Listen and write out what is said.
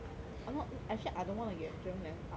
I'm not actually I don't want to get driving license ah if